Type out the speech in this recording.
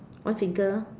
boys and girls